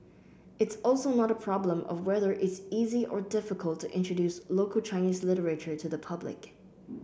it's also not a problem of whether it's easy or difficult to introduce local Chinese literature to the public